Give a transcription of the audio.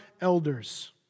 elders